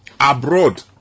Abroad